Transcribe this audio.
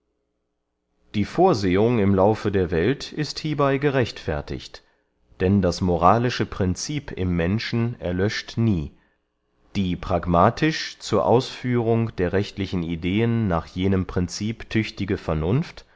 die vorsehung im laufe der welt ist hiebey gerechtfertigt denn das moralische princip im menschen erlöscht nie die pragmatisch zur ausführung der rechtlichen ideen nach jenem princip tüchtige vernunft